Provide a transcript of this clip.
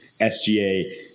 SGA